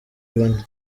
bane